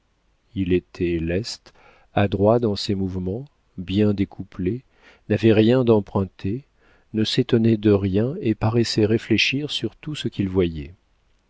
il était leste adroit dans ses mouvements bien découplé n'avait rien d'emprunté ne s'étonnait de rien et paraissait réfléchir sur tout ce qu'il voyait